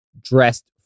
dressed